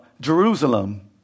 Jerusalem